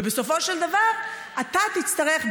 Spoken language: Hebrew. ובסופו של דבר אתה תצטרך,